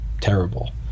terrible